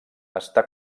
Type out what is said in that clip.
està